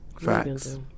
facts